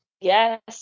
yes